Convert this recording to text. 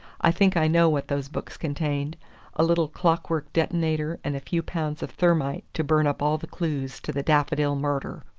i think i know what those books contained a little clockwork detonator and a few pounds of thermite to burn up all the clues to the daffodil murder!